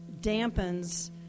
dampens